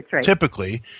typically